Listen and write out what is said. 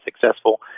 successful